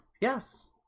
Yes